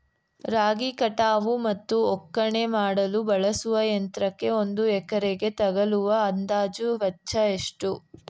ರಾಗಿ ಕಟಾವು ಮತ್ತು ಒಕ್ಕಣೆ ಮಾಡಲು ಬಳಸುವ ಯಂತ್ರಕ್ಕೆ ಒಂದು ಎಕರೆಗೆ ತಗಲುವ ಅಂದಾಜು ವೆಚ್ಚ ಎಷ್ಟು?